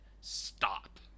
stop